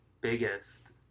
biggest